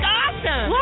awesome